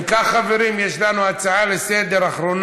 אם כך, חברים, יש לנו הצעה אחרונה לסדר-היום,